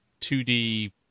2D